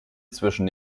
zwischen